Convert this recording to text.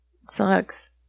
Sucks